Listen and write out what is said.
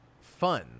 fun